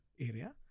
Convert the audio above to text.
area